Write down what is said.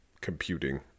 computing